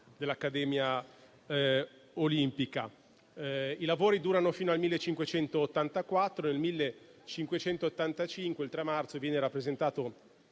dell'Accademia olimpica). I lavori durano fino al 1584 e il 3 marzo 1585 viene rappresentato